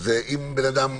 אם בן אדם,